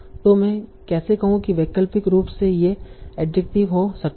तो मैं कैसे कहूँ कि वैकल्पिक रूप से वे एडजेक्टिव हो सकता है